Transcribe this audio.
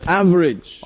average